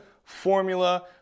formula